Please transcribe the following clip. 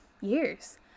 years